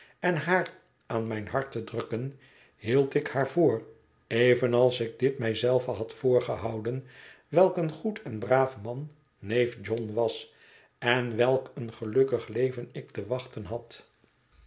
en haar aan mijn hart te drukken hield ik haar voor evenals ik dit mij zelve had voorgehouden welk een goed en braaf man neef john was en welk een gelukkig leven ik te wachten had